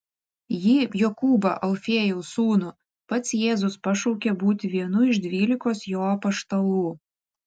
jį jokūbą alfiejaus sūnų pats jėzus pašaukė būti vienu iš dvylikos jo apaštalų